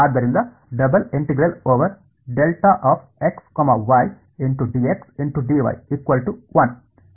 ಆದ್ದರಿಂದ ಸರಿ